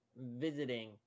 visiting